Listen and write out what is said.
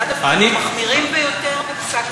היה דווקא מהמחמירים ביותר בפסק-הדין שניתן אתמול.